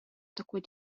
такой